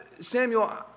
Samuel